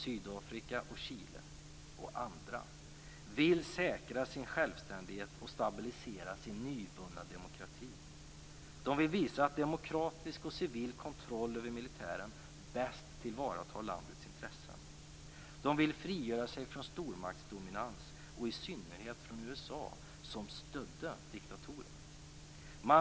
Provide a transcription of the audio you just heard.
Sydafrika - Chile och andra länder - vill säkra sin självständighet och stabilisera sin nyvunna demokrati. De vill visa att demokratisk och civil kontroll över militären bäst tillvaratar landets intressen. De vill frigöra sig från stormaktsdominans - i synnerhet USA som stödde diktatorerna.